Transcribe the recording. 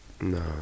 No